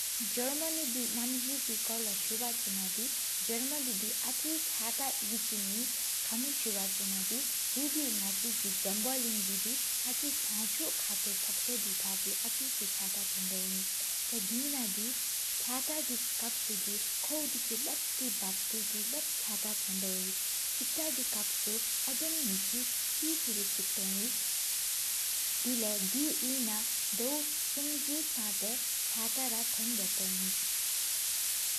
འཇར་མ་ནི་གི་ནམ་བཤད་གི་སྐོར་ལོ་སུ་བཀྱེ་ན་དི། འཇར་མ་ནི་དེ་ཨ་ཆིག་ཁྲ་ཡུལ་ཅིག་ཨིན། ཁ་མི་སུ་བཀྱེ་ན་དི་དེ་དི་ནག་ཆི་བཟོམ་པོ་ལིན་གི། ཨ་ཆི་ཕྱང་ཆུབ་ཁ་ཏུ་ཕོགས་ས་ཕྱ་སྟེ་གི། ཨ་ཆི་ཅིག་ཁ་ཏུ་ཐེན་དོད་ཨིན་ཐེ་དེ་ན་དི། ཁ་ཏུ་གི་ཀབ་སུ་ཁོཝ་དི་ཆུ་ལབ་ཐེ་བབ་ཐེ་གི། ལབ་ཐེ་གི་ཁ་ཏུ་ཐེན་དོད་ཨིན། ཆེག་ཏ་གི་ཀབ་སུ་ཨོ་བུ་སྨད་ཅིག། སི་སི་རི་ཆེག་ཏཝ་ཨིན་སྤྱི་ལེའུ་ན། ཟླ་བ་གསུམ་ཐང་ཟླ་བ་རེ་སང་ཁ་ཏུ་ཐེན་དོད་ཨིན།